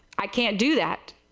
i can't do that.